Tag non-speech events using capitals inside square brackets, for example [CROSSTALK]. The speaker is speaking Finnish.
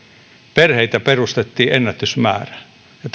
perheitä perustettiin ennätysmäärä ja [UNINTELLIGIBLE]